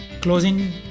closing